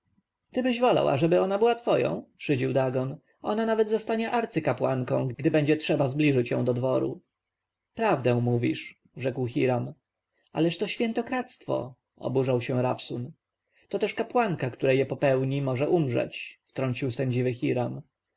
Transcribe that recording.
tybyś wolał ażeby ona była twoją szydził dagon ona nawet zostanie arcykapłanką gdy będzie trzeba zbliżyć ją do dworu prawdę mówisz rzekł hiram ależ to świętokradztwo oburzył się rabsun to też kapłanka która je popełni może umrzeć wtrącił sędziwy